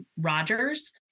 Rogers